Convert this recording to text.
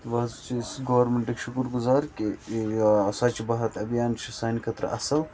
وۄنۍں حظ چھِ أسۍ گورمیٚنٹٕکۍ شُکُر گُزار کہِ یہِ سوٚچہِ بھارَت أبیان چھُ سانہِ خٲطرٕ اصٕل